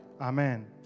Amen